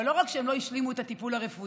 אבל לא רק שהם לא השלימו את הטיפול הרפואי,